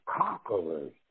conquerors